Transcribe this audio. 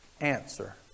answer